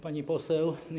Pani Poseł!